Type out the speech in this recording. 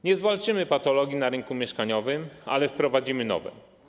Nie zwalczymy patologii na rynku mieszkaniowym, ale wprowadzimy nowe.